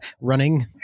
running